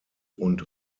und